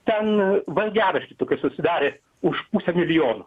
ten valgiaraštį tokį susidarė už pusę milijono